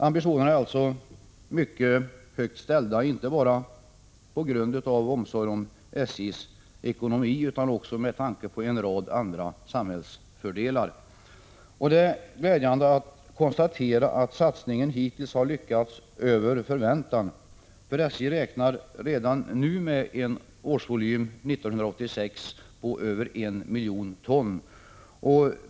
Ambitionerna är alltså högt ställda och detta inte bara på grund av omsorg om SJ:s ekonomi utan också med tanke på en rad andra samhällsfördelar. Det är glädjande att kunna konstatera att satsningen hittills har lyckats över förväntan. SJ räknar nämligen med en årsvolym redan 1986 på över 1 miljon ton.